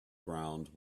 ground